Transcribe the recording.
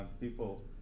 people